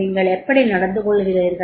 நீங்கள் எப்படி நடந்துகொள்கிறீர்கள்